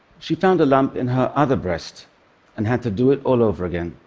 she found a lump in her other breast and had to do it all over again.